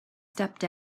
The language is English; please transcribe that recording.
stepped